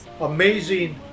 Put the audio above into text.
amazing